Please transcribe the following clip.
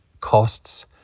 costs